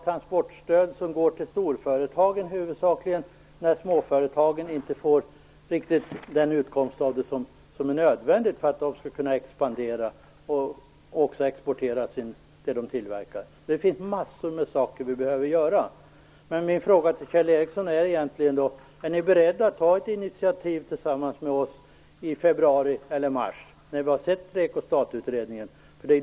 Transportstöden går huvudsakligen till storföretagen, medan småföretagen inte får den andel av stödet som är nödvändig för att de skall kunna expandera och exportera sin tillverkning. Det finns massor med saker som behöver göras. Min fråga till Kjell Ericsson är: Är ni beredda att tillsammans med oss ta ett initiativ i februari eller mars, när vi har sett REKO-STAT-utredningens resultat?